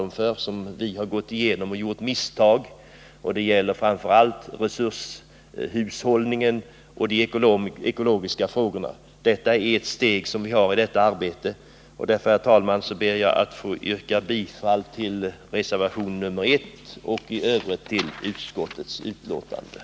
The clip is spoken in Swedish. Vi kan t.ex. varna dem för de misstag som vi har begått. Det gäller framför allt resurshushållningen och de ekologiska frågorna. I centerns reservation föreslås att vi skall ta ett steg på den vägen. Fru talman! Jag ber att få yrka bifall till reservation 1 och i övrigt till vad utskottet hemställt.